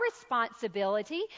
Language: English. responsibility